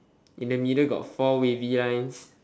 in the middle got four wavy lines